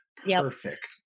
Perfect